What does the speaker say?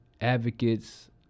advocates